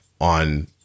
on